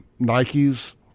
nikes